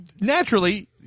naturally